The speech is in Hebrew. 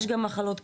יש גם מחלות קשות,